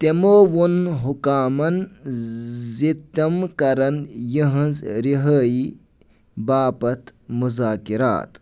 تِمو ووٚن حُکامَن زِ تِم کرن یِہٕنٛز رِہٲیی باپتھ مُزاکرات